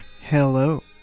Hello